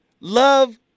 love